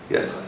Yes